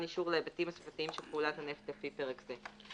אישור להיבטים הסביבתיים של פעולת הנפט לפי פרק זה.